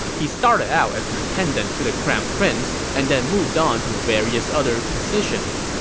he started out as an attendant to the crown prince and then moved on to various other positions.